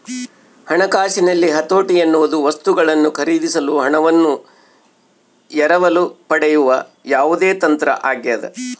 ಹಣಕಾಸಿನಲ್ಲಿ ಹತೋಟಿ ಎನ್ನುವುದು ವಸ್ತುಗಳನ್ನು ಖರೀದಿಸಲು ಹಣವನ್ನು ಎರವಲು ಪಡೆಯುವ ಯಾವುದೇ ತಂತ್ರ ಆಗ್ಯದ